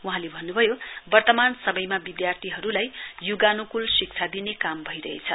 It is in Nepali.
वहाँले भन्नुभयो वर्तमान समयमा विधार्थीहरुलाई युगानुकूल शिक्षा दिने काम भइरहेछ